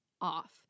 off